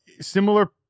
similar